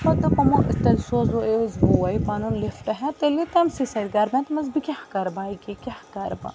پَتہٕ دوٚپ یِمو ٲں تیٚلہِ سوزٕہوے أسۍ بھوے پَنُن لِفٹہٕ ہیٚتھ تیٚلہِ یہِ تٔمسٕے سۭتۍ گھرٕ مےٚ دوٚپمَس بہٕ کیٛاہ کَر بایکہِ کیٛاہ کَرٕ بہٕ